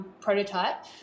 prototype